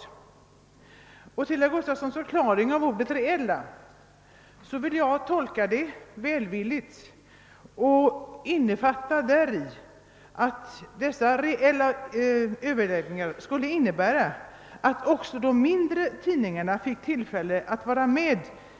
| Jag vill tolka herr Gustafsons förklaring av. ordet »reella» välvilligt; »reella överläggningar» skulle då innebära att också de mindre tidningarna fick tillfälle att vara med